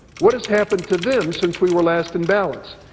what has happened to them since we were last in balance?